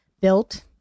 built